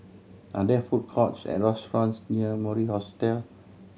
are there food courts or restaurants near Mori Hostel